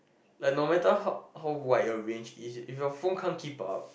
like no matter how how wide your range is it if your phone can't keep up